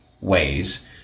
ways